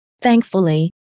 thankfully